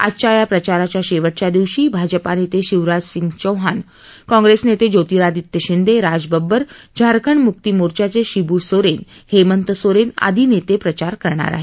आजच्या या प्रचाराच्या शेवटच्या दिवशी भाजपा नेते शिवराज सिंग चौहान काँप्रेस नेते ज्योतिरादित्य शिंदे राज बब्बर झारखंड मुक्ती मोर्चाचे शिवू सोरेन हेमंत सोरेन आदि नेते प्रचार करणार आहेत